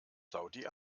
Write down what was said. saudi